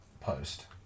post